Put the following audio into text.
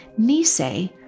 Nisei